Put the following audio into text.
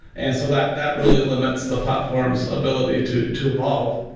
and so that that really limits the platform's ability to to evolve.